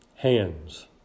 hands